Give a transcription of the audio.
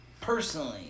Personally